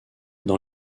dans